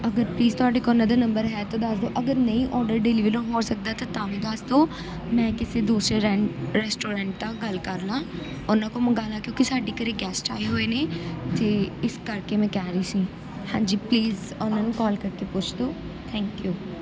ਅਗਰ ਪਲੀਜ਼ ਤੁਹਾਡੇ ਕੋਲ ਉਹਨਾਂ ਦਾ ਨੰਬਰ ਹੈ ਤਾਂ ਦੱਸ ਦੋ ਅਗਰ ਨਹੀਂ ਔਡਰ ਡਿਲੀਵਰੀ ਹੋ ਸਕਦਾ ਤਾਂ ਤਾਂ ਵੀ ਦੱਸ ਦਿਓ ਮੈਂ ਕਿਸੇ ਦੂਸਰੇ ਰੈਂਟ ਰੈਸਟੋਰੈਂਟ ਤਾਂ ਗੱਲ ਕਰ ਲਵਾਂ ਉਹਨਾਂ ਕੋਲ ਮੰਗਾਉਣਾ ਕਿਉਂਕਿ ਸਾਡੇ ਘਰ ਗੈਸਟ ਆਏ ਹੋਏ ਨੇ ਅਤੇ ਇਸ ਕਰਕੇ ਮੈਂ ਕਹਿ ਰਹੀ ਸੀ ਹਾਂਜੀ ਪਲੀਜ਼ ਉਹਨਾਂ ਨੂੰ ਕਾਲ ਕਰ ਕੇ ਪੁੱਛ ਦਿਓ ਥੈਂਕ ਯੂ